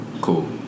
Cool